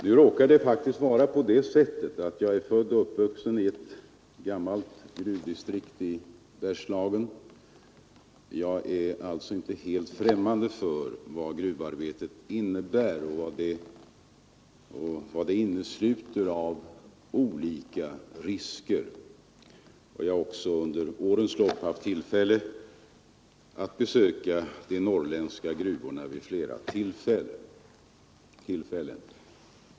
Nu råkar det faktiskt vara så att jag är född och uppvuxen i ett gammalt gruvdistrikt i Bergslagen. Jag är alltså inte helt främmande för vad gruvarbetet innebär och vad det innesluter av olika risker. Jag har också under årens lopp haft tillfälle att besöka de norrländska gruvorna vid flera tillfällen.